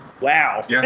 Wow